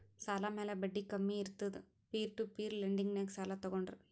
ಸಾಲ ಮ್ಯಾಲ ಬಡ್ಡಿ ಕಮ್ಮಿನೇ ಇರ್ತುದ್ ಪೀರ್ ಟು ಪೀರ್ ಲೆಂಡಿಂಗ್ನಾಗ್ ಸಾಲ ತಗೋಂಡ್ರ್